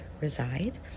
reside